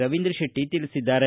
ರವಿಂದ್ರ ಶೆಟ್ಟಿ ತಿಳಿಸಿದ್ದಾರೆ